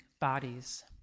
bodies